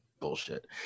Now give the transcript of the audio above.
Bullshit